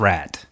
Rat